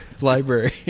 library